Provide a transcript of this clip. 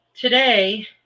Today